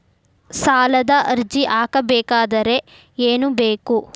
ಸಾಲದ ಅರ್ಜಿ ಹಾಕಬೇಕಾದರೆ ಏನು ಬೇಕು?